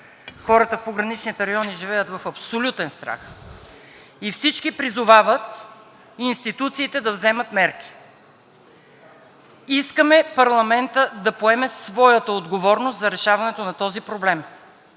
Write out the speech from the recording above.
Хората в пограничните райони живеят в абсолютен страх и всички призовават институциите да вземат мерки. Искаме парламентът да поеме своята отговорност за решаването на този проблем,